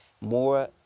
more